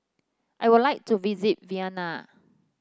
I would like to visit Vienna